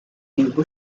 礼部